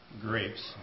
grapes